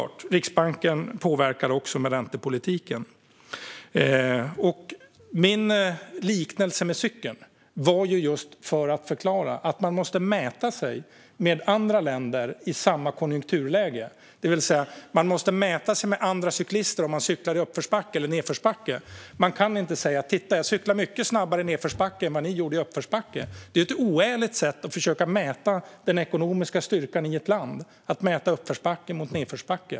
Riksbanken påverkar såklart också med räntepolitiken. Min liknelse med cykeln var ett sätt att förklara att man måste mäta sig med andra länder i samma konjunkturläge, det vill säga att man måste mäta sig med andra cyklister som cyklar i uppförsbacke eller i nedförsbacke. Man kan inte säga: Titta jag cyklar mycket snabbare i nedförsbacke än ni gjorde i uppförsbacke. Att mäta uppförsbacke mot nedförsbacke är ett oärligt sätt att försöka mäta den ekonomiska styrkan i ett land.